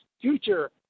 future